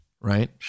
right